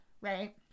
Right